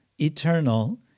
eternal